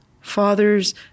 Fathers